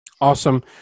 Awesome